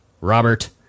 Robert